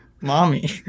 mommy